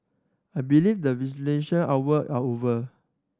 I believe the visitation hour are over